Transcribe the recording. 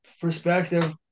perspective